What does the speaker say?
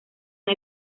una